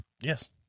Yes